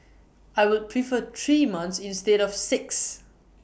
I would prefer three months instead of six